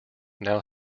now